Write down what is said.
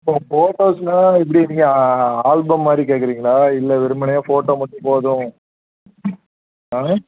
இப்போ ஃபோட்டோஸ்னால் எப்படி நீங்கள் ஆல்பம் மாதிரி கேட்குறீங்களா இல்லை வெறுமனையே ஃபோட்டோ மட்டும் போதும் ஆ